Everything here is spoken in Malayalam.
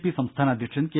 പി സംസ്ഥാന അധ്യക്ഷൻ കെ